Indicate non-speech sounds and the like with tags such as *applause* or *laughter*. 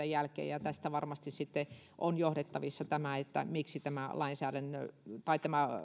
*unintelligible* jälkeen tästä varmasti sitten on johdettavissa tämä miksi tämä